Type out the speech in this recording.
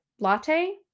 latte